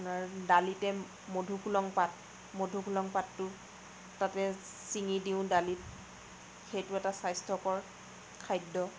আপোনাৰ দালিতে মধুসোলেং পাত মধুসোলেং পাতটো তাতে চিঙি দিওঁ দালিত সেইটো এটা স্বাস্থ্যকৰ খাদ্য